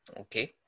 Okay